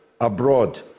abroad